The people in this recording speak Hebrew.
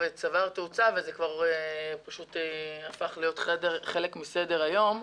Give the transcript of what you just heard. וצבר תאוצה והפך להיות חלק מסדר היום.